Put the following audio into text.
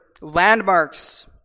landmarks